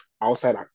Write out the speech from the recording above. outside